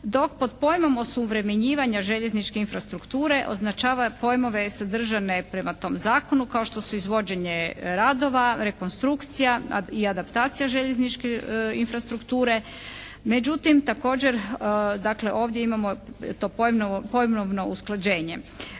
dok pod pojmom osuvremenjivanja željezničke infrastrukture označava pojmove sadržane prema tom zakonu kao što su izvođenje radova, rekonstrukcija i adaptacija željezničke infrastrukture, međutim također dakle ovdje imamo to pojmovno usklađenje.